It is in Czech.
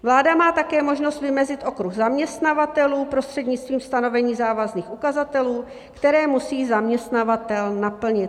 Vláda má také možnost vymezit okruh zaměstnavatelů prostřednictvím stanovení závazných ukazatelů, které musí zaměstnavatel naplnit.